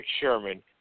Sherman